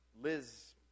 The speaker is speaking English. Liz